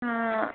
ആ